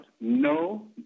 No